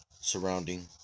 surrounding